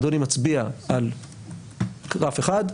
אדוני מצביע על רף אחד,